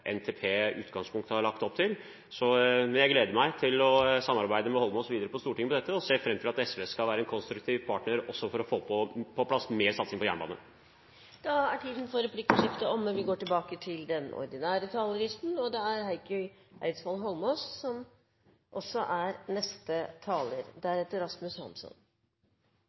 NTP i utgangspunktet har lagt opp til. Jeg gleder meg til å samarbeide med Eidsvoll Holmås videre på Stortinget om dette, og ser fram til at SV skal være en konstruktiv partner også for å få på plass mer satsing på jernbane. Replikkordskiftet er omme. Å sørge for at folk får bevege seg, handler om å gi folk frihet – frihet til